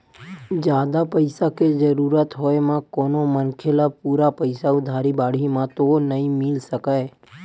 जादा पइसा के जरुरत होय म कोनो मनखे ल पूरा पइसा उधारी बाड़ही म तो नइ मिल सकय